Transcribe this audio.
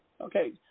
Okay